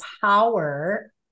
power